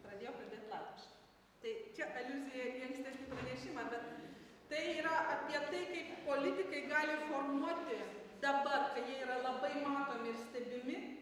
pradėjo kalbėt latviškai tai čia aliuzija į ankstesnį pranešimą bet tai yra apie tai kaip politikai gali formuoti dabar kai jie yra labai matomi ir stebimi